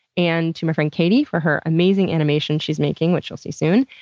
and to my friend kadie for her amazing animation she's making which you'll see soon.